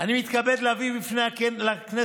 אני מתכבד להביא בפני הכנסת,